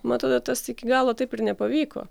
man atrodo tas iki galo taip ir nepavyko